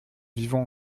vivons